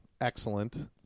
Excellent